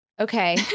Okay